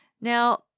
Now